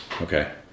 Okay